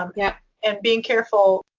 um yeah and being careful.